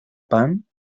pan